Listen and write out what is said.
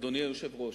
אדוני היושב-ראש,